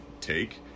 take